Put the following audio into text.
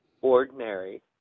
ordinary